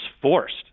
forced